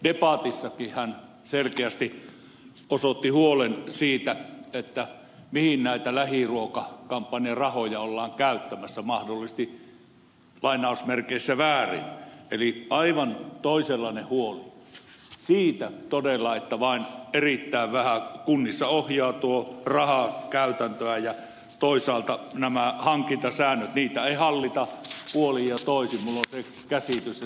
debatissakin hän selkeästi osoitti huolen siitä mihin näitä lähiruokakampanjarahoja ollaan käyttämässä mahdollisesti väärin eli aivan toisenlainen huoli siitä todella että erittäin paljon kunnissa ohjaa tuo raha käytäntöä ja toisaalta näitä hankintasääntöjä ei hallita puolin ja toisin minulla on se käsitys